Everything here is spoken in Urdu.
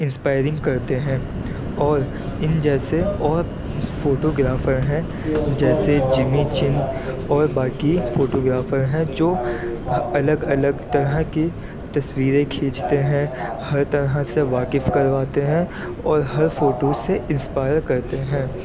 انسپائرنگ کرتے ہیں اور ان جیسے اور فوٹوگررافر ہیں جیسے جمی چند اور باقی فوٹوگررافر ہیں جو الگ الگ طرح کی تصویریں کھینچتے ہیں ہر طرح سے واقف کرواتے ہیں اور ہر فوٹو سے انسپائر کرتے ہیں